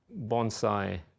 Bonsai